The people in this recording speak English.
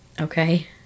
Okay